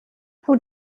who